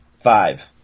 Five